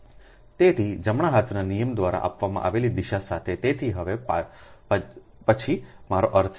તેથી જમણા હાથના નિયમ દ્વારા આપવામાં આવેલી દિશા સાથે તેથી હવે પછી મારો અર્થ છે